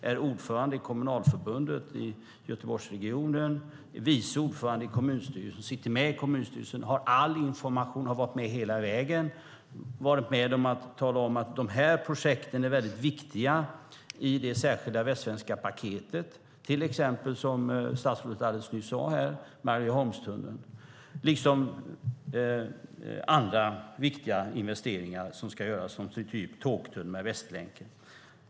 Ni är ordförande i Göteborgsregionens kommunalförbund, är vice ordförande i kommunstyrelsen och sitter med i kommunstyrelsen. Ni har all information och har som sagt varit med hela vägen. Ni har sagt att dessa projekt är viktiga i det särskilda västsvenska paketet. Det gäller Marieholmstunneln, som statsrådet nyss nämnde, liksom andra viktiga investeringar som ska göras, till exempel tågtunneln Västlänken.